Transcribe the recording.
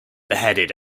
beheaded